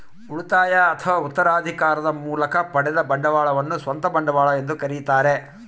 ಉಳಿತಾಯ ಅಥವಾ ಉತ್ತರಾಧಿಕಾರದ ಮೂಲಕ ಪಡೆದ ಬಂಡವಾಳವನ್ನು ಸ್ವಂತ ಬಂಡವಾಳ ಎಂದು ಕರೀತಾರ